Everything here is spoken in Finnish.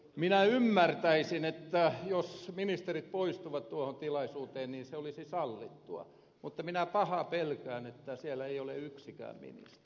minä ymmärtäisin että jos ministerit poistuvat tuohon tilaisuuteen niin se olisi sallittua mutta minä pahaa pelkään että siellä ei ole yksikään ministeri